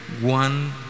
one